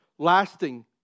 lasting